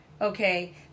okay